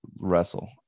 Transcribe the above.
wrestle